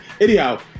Anyhow